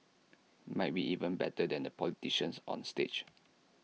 might be even better than the politicians on stage